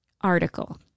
article